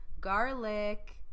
garlic